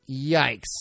Yikes